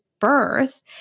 birth